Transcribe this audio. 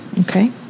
Okay